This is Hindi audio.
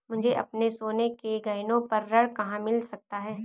मुझे अपने सोने के गहनों पर ऋण कहाँ मिल सकता है?